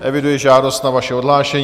Eviduji žádost na vaše odhlášení.